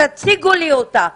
תציגו לי אותה.